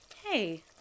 Hey